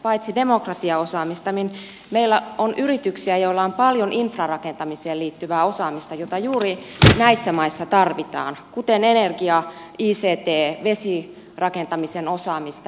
paitsi demokratiaosaa mista meillä on yrityksiä joilla on paljon infrarakentamiseen liittyvää osaamista jota juuri näissä maissa tarvitaan kuten energia ict vesirakentaminen